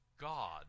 God